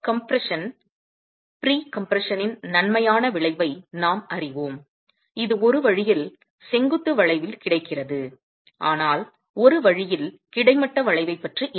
compression pre கம்ப்ரஷனின் நன்மையான விளைவை நாம் அறிவோம் இது ஒரு வழியில் செங்குத்து வளைவில் கிடைக்கிறது ஆனால் ஒரு வழியில் கிடைமட்ட வளைவை பற்றி என்ன